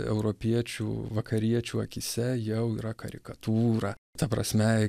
europiečių vakariečių akyse jau yra karikatūra ta prasme